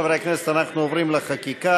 חברי הכנסת, אנחנו עוברים לחקיקה: